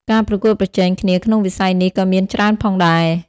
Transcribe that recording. ការប្រកួតប្រជែងគ្នាក្នុងវិស័យនេះក៏មានច្រើនផងដែរ។